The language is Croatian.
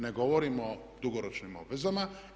Ne govorim o dugoročnim obvezama.